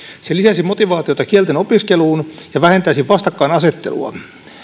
se lisäisi motivaatiota kielten opiskeluun ja vähentäisi vastakkainasettelua